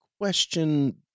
question